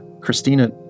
Christina